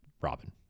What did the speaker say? Robin